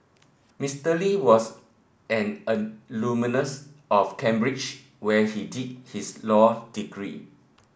Mister Lee was an alumnus of Cambridge where he did his law degree